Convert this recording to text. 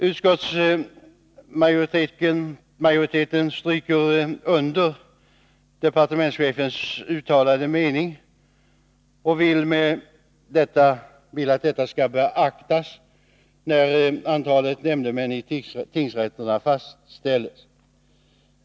Utskottsmajoriteten stryker under departementschefens uttalade mening och vill att denna skall beaktas när antalet nämndemän i tingsrätterna fastställs.